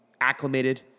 acclimated